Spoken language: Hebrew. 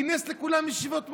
כינס את כולם בישיבות,